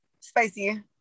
Spicy